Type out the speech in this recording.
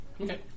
Okay